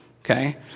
okay